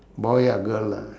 boy ah girl ah